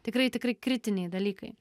tikrai tikrai kritiniai dalykai